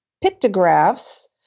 pictographs